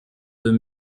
deux